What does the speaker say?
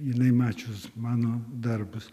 jinai mačius mano darbus